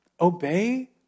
obey